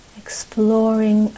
exploring